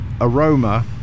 aroma